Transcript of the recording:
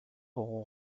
auront